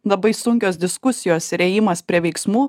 labai sunkios diskusijos ir ėjimas prie veiksmų